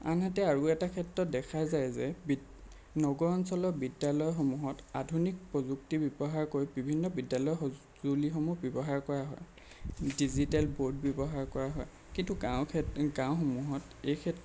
আনহাতে আৰু এটা ক্ষেত্ৰত দেখা যায় যে নগৰ অঞ্চলৰ বিদ্যালয় সমূহত আধুনিক প্ৰযুক্তি ব্যৱহাৰ কৰি বিভিন্ন বিদ্যালয়ত সঁজুলিসমূহ ব্যৱহাৰ কৰা হয় ডিজিটেল বোৰ্ড ব্যৱহাৰ কৰা হয় কিন্তু গাঁওসমূহত এই